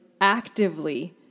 actively